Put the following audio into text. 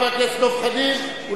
חבר הכנסת דב חנין,